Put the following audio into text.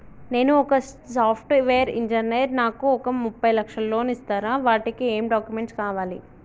నేను ఒక software engineer నాకు ఒక ముప్పై లక్షల లోన్ ఇస్తరా? వాటికి ఏం డాక్యుమెంట్స్ కావాలి?